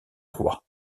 roi